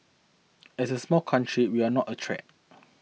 as a small country we are not a threat